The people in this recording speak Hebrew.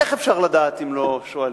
איך אפשר לדעת אם לא שואלים?